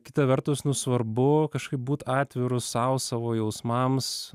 kita vertus nu svarbu kažkaip būt atviru sau savo jausmams